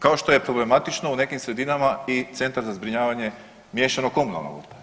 Kao što je problematično u nekim sredinama i centar za zbrinjavanje miješano komunalnog otpada.